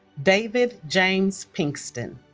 david james pinkston